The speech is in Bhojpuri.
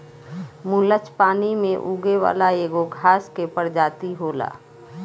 मुलच पानी में उगे वाला एगो घास के प्रजाति होला